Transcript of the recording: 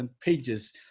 pages